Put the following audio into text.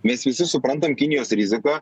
mes visi suprantam kinijos riziką